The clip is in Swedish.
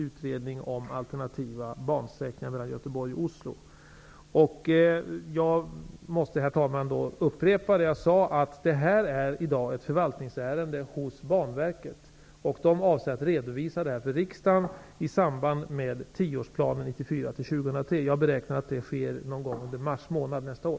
Jag måste, herr talman, upprepa det som jag sade, nämligen att detta i dag är ett förvaltningsärende hos Banverket. Banverket avser att redovisa det för riksdagen i samband med tioårsplanen 1994--2003. Jag beräknar att det sker någon gång under mars månad nästa år.